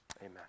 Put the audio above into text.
Amen